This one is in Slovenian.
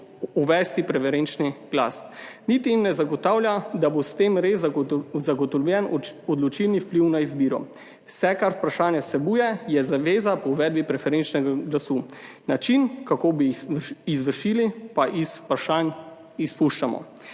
uvesti preferenčni glas, niti jim ne zagotavlja, da bo s tem res zagotovljen odločilni vpliv na izbiro. Vse, kar vprašanje vsebuje, je zaveza po uvedbi preferenčnega glasu. Način, kako bi jih izvršili, pa iz vprašanj izpuščamo.